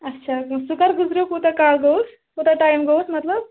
اچھا سُہ کَر گُزریو کوٗتاہ کال گوٚوُس کوٗتاہ ٹایم گوٚوُس مطلب